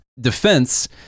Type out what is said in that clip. defense